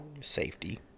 safety